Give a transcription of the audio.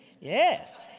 Yes